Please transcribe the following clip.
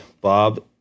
Bob